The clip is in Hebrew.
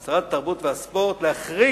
או לשרת התרבות והספורט במקרה שלנו, להחריג